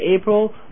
April